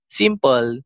simple